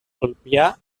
ulpià